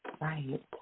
Right